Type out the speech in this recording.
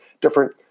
different